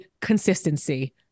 consistency